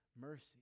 mercy